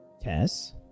Tess